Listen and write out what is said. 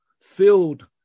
filled